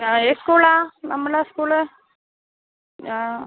ഏ സ്കൂളാ നമ്മളെ സ്കൂള്